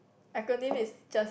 acronym is just